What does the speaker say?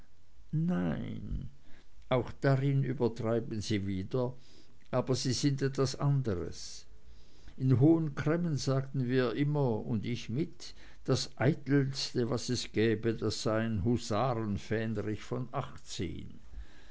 nein auch darin übertreiben sie wieder aber sie sind etwas anderes in hohen cremmen sagten wir immer und ich mit das eitelste was es gäbe das sei ein husarenfähnrich von achtzehn